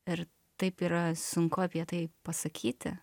ir taip yra sunku apie tai pasakyti